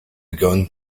gun